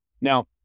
Now